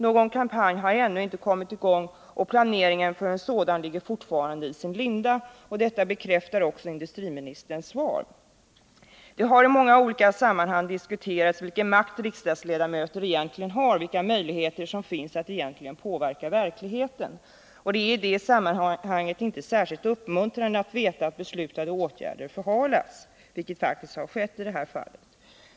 Någon kampanj har ännu inte kommit i gång, och planering för en sådan ligger fortfarande i sin linda. Detta bekräftas också av industriministerns svar. Det har i många olika sammanhang diskuterats vilken makt riksdagsledamöter egentligen har, vilka möjligheter som egentligen finns för att påverka verkligheten. Det är i det sammanhanget inte särskilt uppmuntrande att veta att beslutade åtgärder förhalas, vilket faktiskt har skett i det här fallet.